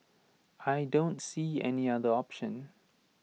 I don't see any other option